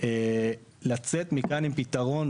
לצאת מכאן עם פתרון.